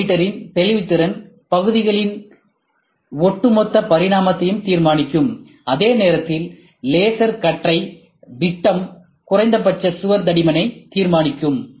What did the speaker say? கால்வோமீட்டரின் தெளிவுத்திறன் பகுதிகளின் ஒட்டுமொத்த பரிமாணத்தை தீர்மானிக்கும் அதே நேரத்தில் லேசர் கற்றை விட்டம் குறைந்தபட்ச சுவர் தடிமனை தீர்மானிக்கும்